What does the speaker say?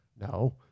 No